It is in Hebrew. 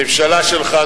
הממשלה שלך,